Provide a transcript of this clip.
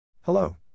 Hello